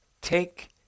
Take